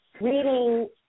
reading